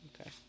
okay